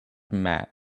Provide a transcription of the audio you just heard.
mat